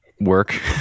work